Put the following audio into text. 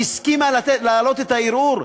שהסכימה להעלות את הערעור,